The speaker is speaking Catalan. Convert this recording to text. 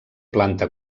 planta